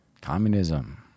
communism